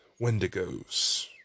Wendigos